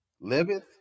liveth